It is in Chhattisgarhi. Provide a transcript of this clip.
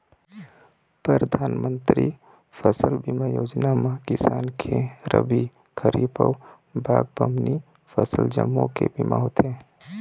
परधानमंतरी फसल बीमा योजना म किसान के रबी, खरीफ अउ बागबामनी फसल जम्मो के बीमा होथे